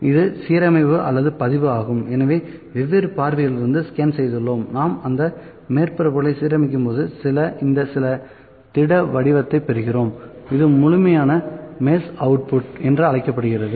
இது சீரமைப்பு அல்லது பதிவு ஆகும் எனவே வெவ்வேறு பார்வைகளிலிருந்து ஸ்கேன் செய்துள்ளோம் நாம் அந்த மேற்பரப்புகளை சீரமைக்கும்போது இந்த திட வடிவத்தை பெறுகிறோம் இது முழுமையான மெஷ் அவுட்புட் என்று அழைக்கப்படுகிறது